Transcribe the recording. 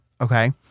okay